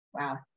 Wow